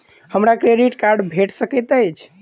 हमरा credit card भेट सकैत अछि?